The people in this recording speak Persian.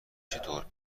چطور